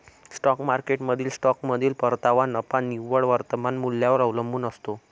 stock मार्केटमधील स्टॉकमधील परतावा नफा निव्वळ वर्तमान मूल्यावर अवलंबून असतो